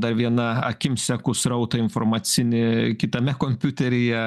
dar viena akim seku srautą informacinį kitame kompiuteryje